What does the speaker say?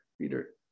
Peter